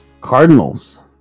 Cardinals